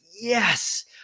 yes